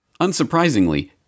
Unsurprisingly